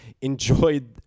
enjoyed